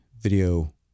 video